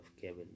Kevin